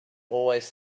always